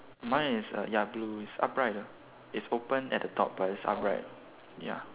mine is uh ya blue it's upright it's open at the top but it's upright lah ya